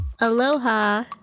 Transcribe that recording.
Aloha